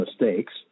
mistakes